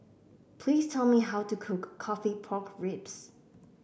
please tell me how to cook coffee Pork Ribs